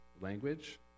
language